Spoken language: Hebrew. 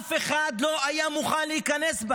אף אחד לא היה מוכן להיכנס,